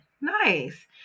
nice